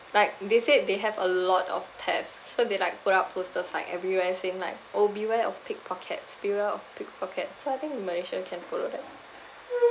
like they said they have a lot of theft so they like put up posters like everywhere saying like oh beware of pickpockets beware of pickpockets so I think malaysia can follow that